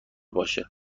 باشه